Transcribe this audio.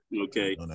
okay